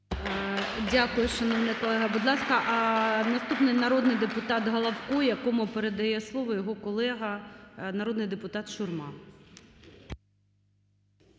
Дякую, шановний колего. Будь ласка, наступний народний депутат Головко, якому передає слово його колега народний депутат Шурма.